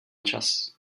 čas